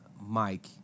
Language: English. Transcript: Mike